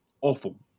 awful